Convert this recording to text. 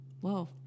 Whoa